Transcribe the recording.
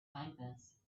kindness